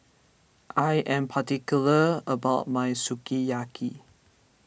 I am particular about my Sukiyaki